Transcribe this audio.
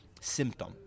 symptom